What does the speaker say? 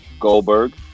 Goldberg